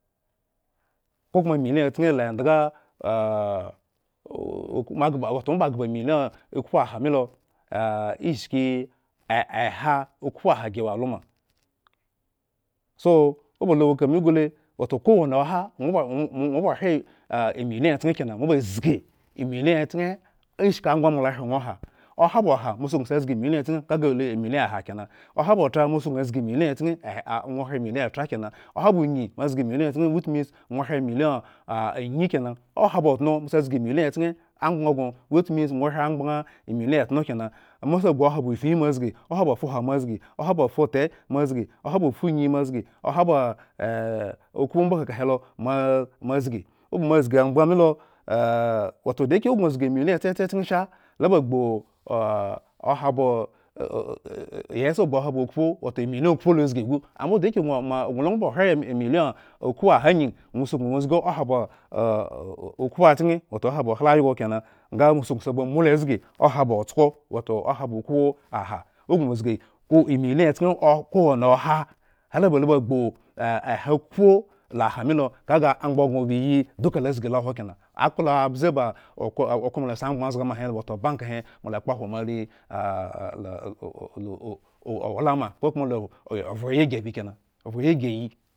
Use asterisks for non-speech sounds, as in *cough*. Kokoma emiliyon achken la endhga *hesitation* moaghba wato moaba ghba emiliyon okhpoah milo *hesitation* ishki eha okhpoahagi wo alo ma so obalo wo kami gulewo to kowani oha ŋwo ba-ŋwo baŋh ŋh ba hre ah emiliyon achken kena moabazgi emiliyon achiken ishki amgbaŋ moala hre ŋwo oha oha ba oha mo suknu sa zgi emiliyon. achken e-elŋwo hre emiliyan ethra kena- oha ba onyi kena. Oha ba otno, mo s zgi emiliyon achken amgbaŋ gŋo which means ŋwo hre agbaŋ emiliyon etno kena, moasa oha ba ufute moazgi, oha ba *hesitation* okhpo ambo keka helo moa moazgi, oba moazgi amgbanŋmilo *hesitation* wato da yake owo moazgi emiliyon chechechken sha lo ba gbu oh. oha ba *hesitation* yes agbu oha ba okhpo. emiliyon pkhpo loogu, amboyake ah moagŋo lila ŋwo ba ohre emiliyon okhpoaha angi, ŋwo suknu ŋwo zgi ohaba *hesitation* moasuknu bama lozgi oha ba otsko wato oha ba okpoaha. ogŋo zgi ko emiliyon achkena kowani oha ala ba lo ba gbu eha okhpoaha milo kaga amgbaŋ gŋo ba iyi duka lo zgi lo ahwo kena akpla abze ba okhro- okhro molasi amgbaŋ zga he wato abanke he mo ala kpo hwo moare *hesitation* oh owlama koko ma la *hesitation* vhre yigeri ovhre yi egeyi